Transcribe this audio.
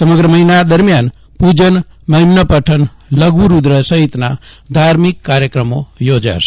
સમગ્ર મહિના દરમિયાન પૂજન મહિમ્ન પઠન લઘુરૂદ્ર સહિતના ધાર્મિક કાર્યક્રમો યોજાશે